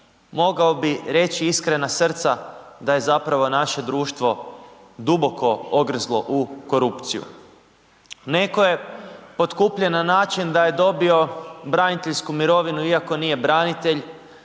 Mogao bi reći, iskrena srca da je zapravo naše društvo duboko …/Govornik se ne razumije./… u korupciju. Netko je potkupljen na način da je dobio braniteljsku mirovinu, iako nije branitelj,